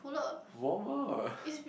warmer